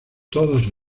todas